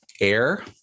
Air